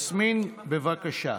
יסמין, בבקשה.